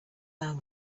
man